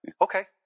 Okay